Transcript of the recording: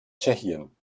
tschechien